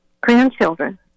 grandchildren